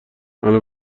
الان